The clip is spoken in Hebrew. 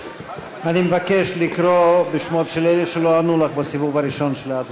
אני מבקש לקרוא בשמות אלה שלא ענו לך בסיבוב הראשון של ההצבעה.